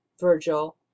Virgil